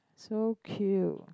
so cute